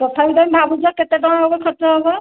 ତଥାପି ତମେ ଭାବୁଛ କେତେ ଟଙ୍କା ହେବ ଖର୍ଚ୍ଚ ହେବ